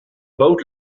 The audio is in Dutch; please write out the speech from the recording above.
boot